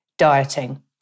Dieting